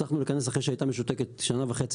הצלחנו לכנס אחרי שהיא הייתה משותקת שנה וחצי,